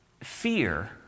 fear